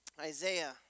Isaiah